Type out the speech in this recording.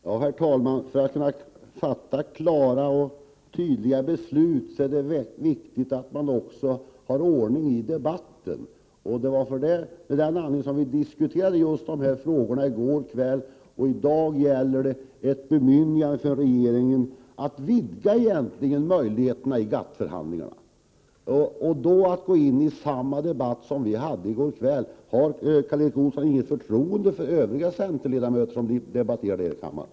Herr talman! För att man skall kunna fatta klara och tydliga beslut är det viktigt att också ha ordning i debatten. Det var av den anledningen som vi diskuterade just dessa frågor i går kväll. I dag gäller det ett bemyndigande till regeringen att vidga våra möjligheter i GATT-förhandlingarna. Det finns då ingen anledning att ta upp samma debatt som den vi förde i går kväll. Har Karl Erik Olsson inget förtroende för övriga centerledamöter som debatterar här i kammaren?